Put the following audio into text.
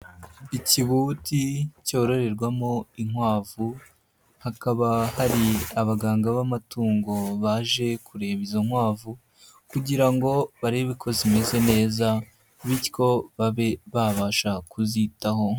Ikibuti cyororerwamo inkwavu, hakaba hari abaganga b'amatungo baje kureba izo nkwavu kugira ngo barebe ko zimeze neza bityo babe babasha kuzitaho.